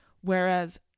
Whereas